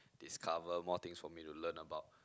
discover more things for me to learn about